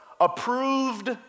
approved